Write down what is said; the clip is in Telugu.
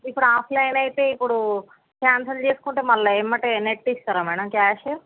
ఇప్పుడు ఆఫ్లైన్ అయితే ఇప్పుడు కాన్సెల్ చేసుకుంటే మరల ఎంబటే నెట్ ఇస్తారా మేడం క్యాష్